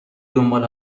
دنبال